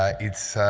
ah it's